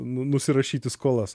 nu nusirašyti skolas